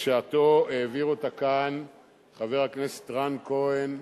בשעתו העביר אותה כאן חבר הכנסת רן כהן,